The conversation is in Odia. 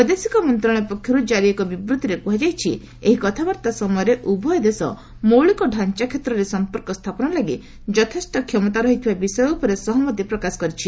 ବୈଦେଶିକ ମନ୍ତଶାଳୟ ପକ୍ଷରୁ କାରୀ ଏକ ବିବୃତ୍ତିରେ କୁହାଯାଇଛି ଏହି କଥାବାର୍ତ୍ତା ସମୟରେ ଉଭୟ ଦେଶ ମଧ୍ୟରେ ମୌଳିକ ଢାଞ୍ଚା କ୍ଷେତ୍ରରେ ସମ୍ପର୍କ ସ୍ଥାପନ ଲାଗି ଯଥେଷ୍ଟ କ୍ଷମତା ରହିଥିବା ବିଷୟ ଉପରେ ସହମତି ପ୍ରକାଶ କରିଛି